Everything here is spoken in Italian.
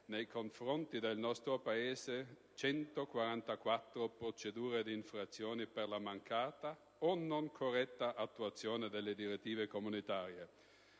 nei confronti del nostro Paese, 144 procedure di infrazione per la mancata o non corretta attuazione delle direttive comunitarie.